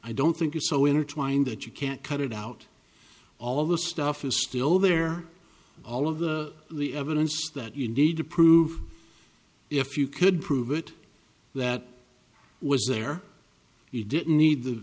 i don't think it's so intertwined that you can't cut it out all of the stuff is still there all of the the evidence that you need to prove if you could prove it that was there it didn't need the